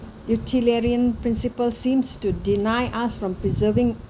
utilitarian principle seems to deny us from preserving